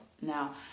Now